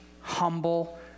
humble